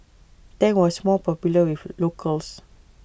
Tang was more popular with locals